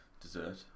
Dessert